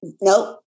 nope